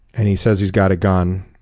and he says he's got a gun,